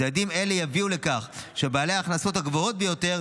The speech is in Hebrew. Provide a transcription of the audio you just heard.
צעדים אלה יביאו לכך שבעלי ההכנסות הגבוהות ביותר